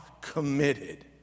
committed